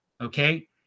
okay